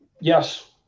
yes